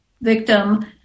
victim